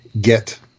Get